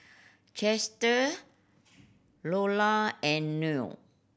Chester Lola and Noel